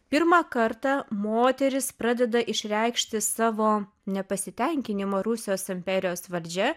pirmą kartą moterys pradeda išreikšti savo nepasitenkinimą rusijos imperijos valdžia